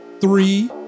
three